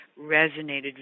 resonated